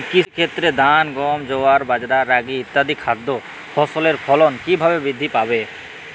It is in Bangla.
কৃষির ক্ষেত্রে ধান গম জোয়ার বাজরা রাগি ইত্যাদি খাদ্য ফসলের ফলন কীভাবে বৃদ্ধি পাবে?